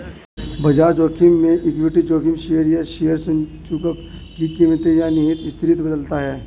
बाजार जोखिम में इक्विटी जोखिम शेयर या शेयर सूचकांक की कीमतें या निहित अस्थिरता बदलता है